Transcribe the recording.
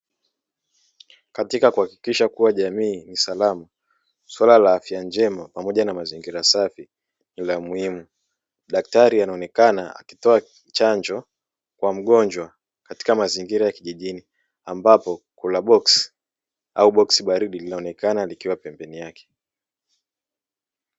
Katika kuhakikisha kuwa jamii ni salama swala la afya njema pamoja na mazingira safi ni la muhimu. Daktari anaonekana akitoa chanjo kwa mgonjwa katika mazingira ya kijijini ambapo boksi baridi linaonekana likiwa pembeni yake.